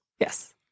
Yes